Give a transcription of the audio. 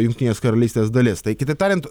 jungtinės karalystės dalis tai kitaip tariant